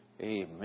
Amen